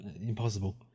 impossible